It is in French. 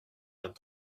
vingt